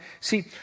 See